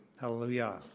hallelujah